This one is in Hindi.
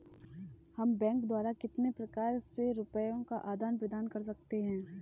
हम बैंक द्वारा कितने प्रकार से रुपये का आदान प्रदान कर सकते हैं?